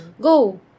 go